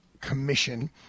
commission